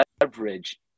leverage